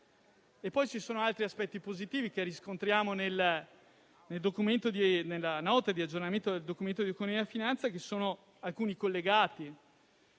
Paese. Ci sono altri aspetti positivi che riscontriamo nella Nota di aggiornamento del Documento di economia e finanza: mi riferisco ad alcuni collegati.